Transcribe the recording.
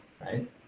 right